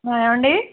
ఏమండీ